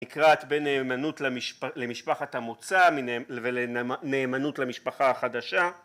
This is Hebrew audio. נקרעת בין נאמנות למשפחת המוצא ולנאמנות למשפחה החדשה